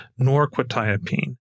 norquetiapine